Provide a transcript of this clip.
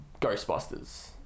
Ghostbusters